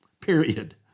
period